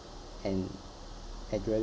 and adrenaline